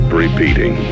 repeating